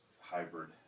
hybrid